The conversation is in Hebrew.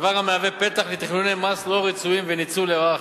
דבר המהווה פתח לתכנוני מס לא רצויים וניצול לרעה,